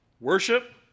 worship